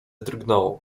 drgnął